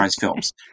films